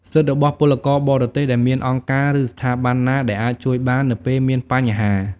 សិទ្ធិរបស់ពលករបរទេស ដែលមានអង្គការ ឬស្ថាប័នណាដែលអាចជួយបាននៅពេលមានបញ្ហា។